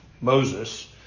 Moses